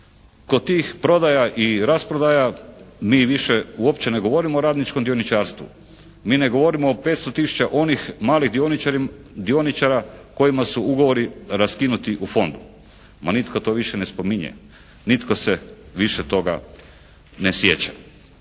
kod tih prodaja i rasprodaja mi više uopće ne govorimo o radničkom dioničarstvu. Mi ne govorimo o 500 tisuća onih malih dioničara kojima su ugovori raskinuti u fondu. Ma nitko to više ne spominje. Nitko se više toga ne sjeća.